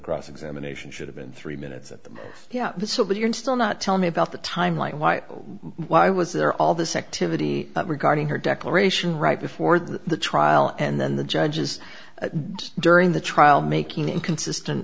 cross examination should have been three minutes at the yeah so but you're still not tell me about the timeline why or why was there all this activity regarding her declaration right before the trial and then the judges and during the trial making inconsistent